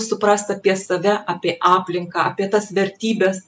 suprast apie save apie aplinką apie tas vertybes